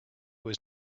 was